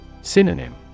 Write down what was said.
Synonym